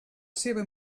seva